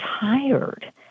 tired